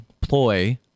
ploy